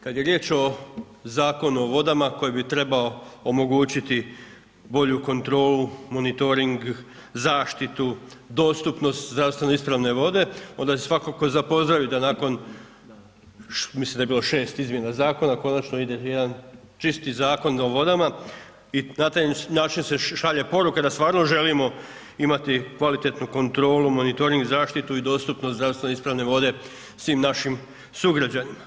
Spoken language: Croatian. Kad je riječ o Zakonu o vodama koji bi trebao omogućiti bolju kontrolu, monitoring, zaštitu, dostupnost zdravstveno ispravne vode onda je svakako za pozdravit da nakon, mislim da je bilo 6 izmjena zakona, konačno ide jedan čisti Zakon o vodama i na taj način se šalje poruka da stvarno želimo imati kvalitetnu kontrolu, monitoring i dostupnost zdravstveno ispravne vode svim našim sugrađanima.